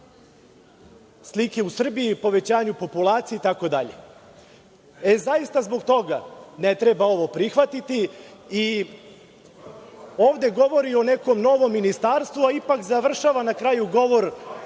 slike u Srbiji, povećanje populacije itd. Zaista zbog toga ne treba ovo prihvatiti. Ovde govori o nekom novom ministarstvu, a ipak završava na kraju govor